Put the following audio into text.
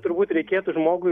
turbūt reikėtų žmogui